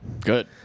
Good